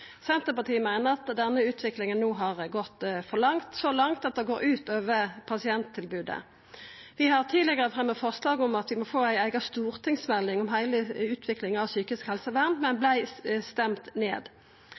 Senterpartiet meiner at denne utviklinga no har gått for langt – så langt at det går ut over pasienttilbodet. Vi har tidlegare fremja forslag om at vi må få ei eiga stortingsmelding om heile utviklinga av psykisk helsevern, men vart stemte ned.